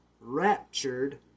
raptured